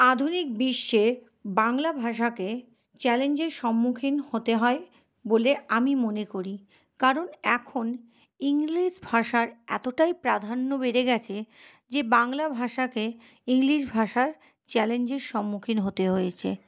আধুনিক বিশ্বে বাংলা ভাষাকে চ্যালেঞ্জের সম্মুখীন হতে হয় বলে আমি মনে করি কারণ এখন ইংলিশ ভাষার এতোটাই প্রাধান্য বেড়ে গেছে যে বাংলা ভাষাকে ইংলিশ ভাষা চ্যালেঞ্জের সম্মুখীন হতে হয়েছে